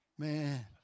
Man